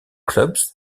clubs